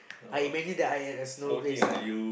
I imagine that I'm at a snow place lah